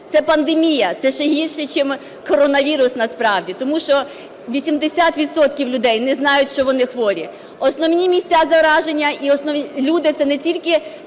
Це пандемія, це ще гірше, чим коронавірус насправді, тому що 80 відсотків людей не знають, що вони хворі. Основні місця зараження... люди – це не тільки